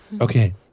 Okay